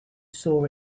saw